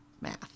math